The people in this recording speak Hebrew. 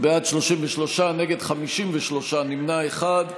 בעד, 33, נגד, 53, נמנע אחד.